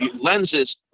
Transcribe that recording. lenses